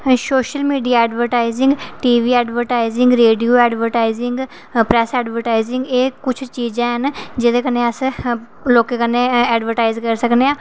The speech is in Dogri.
social media advertising TV advertising radio advertising press advertising एह् किश चीजां ऐन जेह्दे कन्नै अस लोकें कन्नै एडवरटाइज करी सकने आं